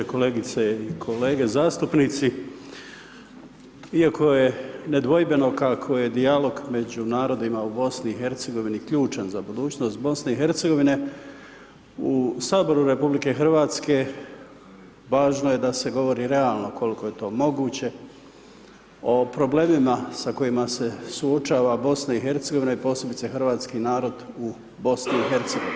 Kolegice i kolege zastupnici, iako je nedvojbeno kako je dijalog među narodima u BiH ključan za budućnost BiH, u Saboru RH važno je da se govori realno koliko je to moguće, o problemima sa kojima se suočava BiH i posebice hrvatski narod u BiH.